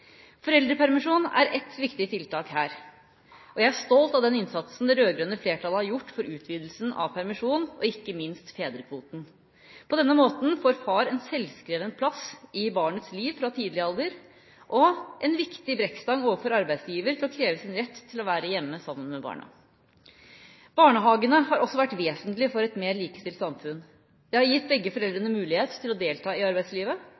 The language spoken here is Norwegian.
Foreldrepermisjon er ett viktig tiltak her, og jeg er stolt av den innsatsen det rød-grønne flertallet har gjort for utvidelsen av permisjonen og ikke minst fedrekvoten. På denne måten får far en selvskreven plass i barnets liv fra tidlig alder og en viktig brekkstang overfor arbeidsgiver til å kreve sin rett til å være hjemme sammen med barna. Barnehagene har også vært vesentlige for et mer likestilt samfunn. De har gitt begge foreldrene mulighet til å delta i arbeidslivet,